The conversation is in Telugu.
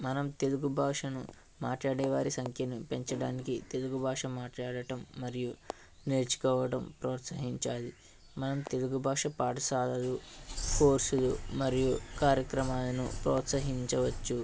మనం తెలుగు భాషను మాట్లాడే వారి సంఖ్యను పెంచడానికి తెలుగు భాష మాట్లాడటం మరియు నేర్చుకోవడం ప్రోత్సహించాలి మనం తెలుగు భాష పాఠశాలలు కోర్సులు మరియు కార్యక్రమాలను ప్రోత్సహించవచ్చు